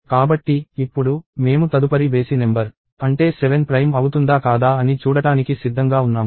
కాబట్టి ఇప్పుడు మేము తదుపరి బేసి నెంబర్ అంటే 7 ప్రైమ్ అవుతుందా కాదా అని చూడటానికి సిద్ధంగా ఉన్నాము